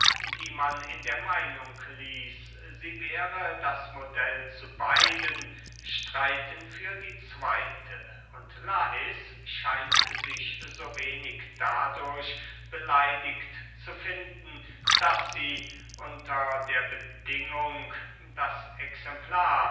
die man in der meinung ließ sie wäre das modell zu beiden streiten für die zweyte und lais scheint sich so wenig dadurch beleidigt zu finden daß sie unter der bedingung das exemplar